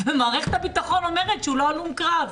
ומערכת הביטחון אומרת שהוא לא הלום קרב.